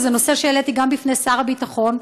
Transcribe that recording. וזה נושא שהעליתי גם לפני שר הביטחון,